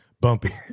bumpy